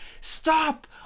Stop